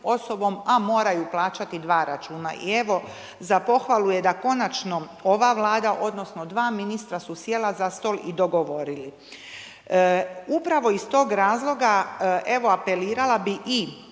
a moraju plaćati dva računa i evo za pohvalu je da konačno ova Vlada odnosno dva ministra su sjela za stol i dogovorili. Upravi iz tog razloga evo apelirala bi i